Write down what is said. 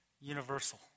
universal